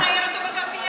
גם לצייר אותו בכאפיה?